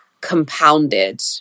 compounded